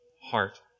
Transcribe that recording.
heart